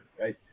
right